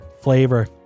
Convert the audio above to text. flavor